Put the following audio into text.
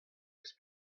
eus